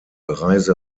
reise